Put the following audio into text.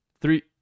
Three